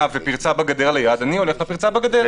ופרצה בגדר ליד - אני הולך לפרצה בגדר.